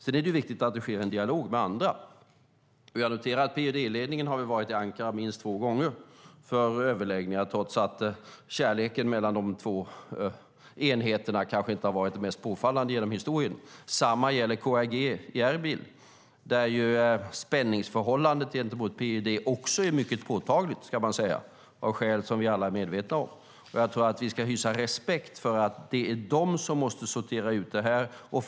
Det är viktigt att det sker en dialog med andra. Jag noterar att PYD-ledningen har varit i Ankara minst två gånger för överläggningar trots att kärleken mellan de två enheterna kanske inte har varit det mest påfallande genom historien. Samma gäller KRG i Erbil där spänningsförhållandet gentemot PYD är mycket påtagligt av skäl som vi alla är medvetna om. Jag tror att vi ska hysa respekt för att det är de som måste sortera ut detta.